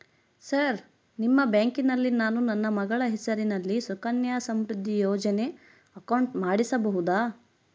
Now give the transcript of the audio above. Sir ನಿಮ್ಮ ಬ್ಯಾಂಕಿನಲ್ಲಿ ನಾನು ನನ್ನ ಮಗಳ ಹೆಸರಲ್ಲಿ ಸುಕನ್ಯಾ ಸಮೃದ್ಧಿ ಯೋಜನೆ ಅಕೌಂಟ್ ಮಾಡಿಸಬಹುದಾ?